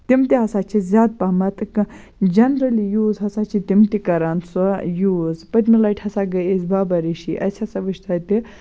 تِم تہِ ہَسا چھِ زیادٕ پَہمَتھ جَنرٔلی یوٗز ہَسا چھِ تِم تہِ کَران سۄ یوٗز پٔتمہِ لَٹہِ ہَسا گٔے أسۍ باباریٖشی اَسہِ ہَسا وٕچھ تَتہِ